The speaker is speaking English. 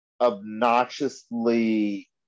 obnoxiously